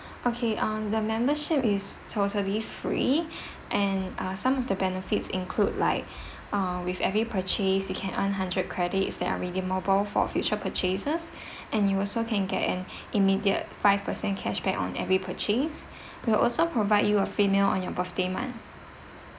okay uh the membership is totally free and uh some of the benefits include like ah with every purchase you can earn hundred credit that are redeemable for future purchases and you also can get an immediate five percent cashback on every purchase will also provide you a free meal on your birthday month